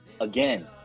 Again